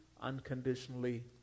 unconditionally